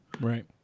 Right